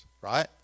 right